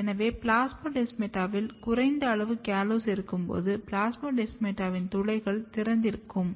எனவே பிளாஸ்மோடெஸ்மாட்டாவில் குறைந்த அளவு காலோஸ் இருக்கும்போது பிளாஸ்மோடெஸ்மாடாவின் துளைகள் திறந்திருக்கும்